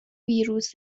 ویروس